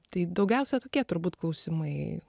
tai daugiausia tokie turbūt klausimai